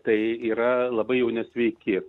tai yra labai jauni sveiki